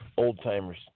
Old-timers